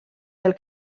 del